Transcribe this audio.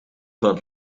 van